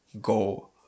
go